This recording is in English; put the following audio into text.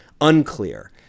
unclear